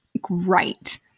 great